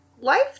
life